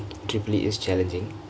triple E is challengkingk